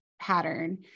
pattern